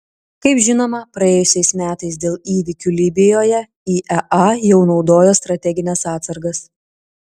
kaip žinoma praėjusiais metais dėl įvykių libijoje iea jau naudojo strategines atsargas